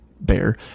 Bear